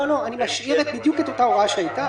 לא, אני משאיר בדיוק את אותה הוראה שהייתה.